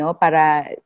para